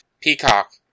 Peacock